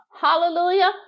Hallelujah